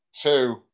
two